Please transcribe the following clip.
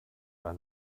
war